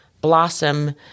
blossom